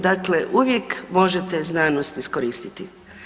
Daklem, uvijek možete znanost iskoristiti.